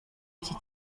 iki